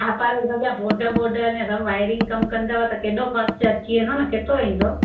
हा पर उहा सॼा बोड वोड अने सभु वायरिंग कमु कंदव त केॾो खर्च अची वेंदो न केतिरो ईंदो